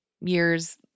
years